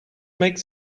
makes